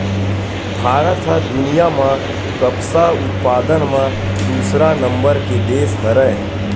भारत ह दुनिया म कपसा उत्पादन म दूसरा नंबर के देस हरय